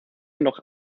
noch